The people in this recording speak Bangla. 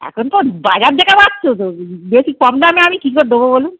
এখন তো বাজার দেখা পাচ্ছো তো বেশি কম দামে আমি কী করে দেবো বলুন